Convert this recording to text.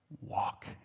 Walk